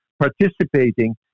participating